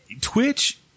Twitch